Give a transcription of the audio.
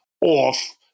off